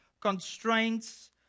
constraints